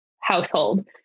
household